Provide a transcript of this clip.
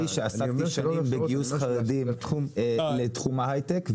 שעסקתי שנים בגיוס חרדים לתחום היי-טק,